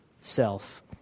self